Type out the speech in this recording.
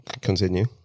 continue